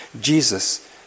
Jesus